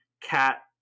cat